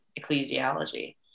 ecclesiology